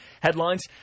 headlines